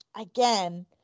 again